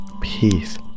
peace